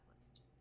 list